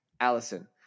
Allison